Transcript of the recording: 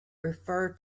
refer